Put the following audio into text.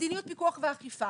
מדיניות פיקוח ואכיפה,